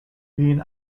being